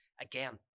again